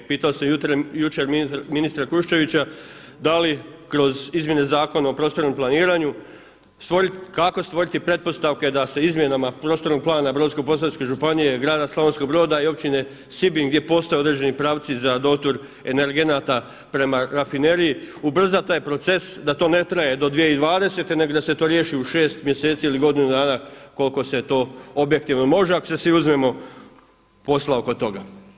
Pitao sam jučer ministra Kuščevića da li kroz Izmjene zakona o prostornom planiranju stvoriti, kako stvoriti pretpostavke da se izmjenama prostornog plana Brodsko-postavke županije, grada Slavonskoga Broda i općine Sibinj gdje postoje određeni pravci za dotur energenata prema rafineriji ubrza taj proces, da to ne traje do 2020. nego da se to riješi u 6 mjeseci ili godinu dana koliko se to objektivno može, ako svi uzmemo posla oko toga?